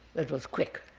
that was quick.